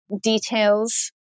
details